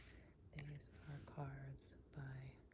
and these are cards by